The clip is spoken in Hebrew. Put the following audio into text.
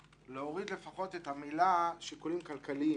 להוריד לפחות את המילים: "שיקולים כלכליים",